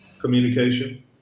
Communication